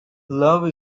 love